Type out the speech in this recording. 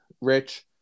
Rich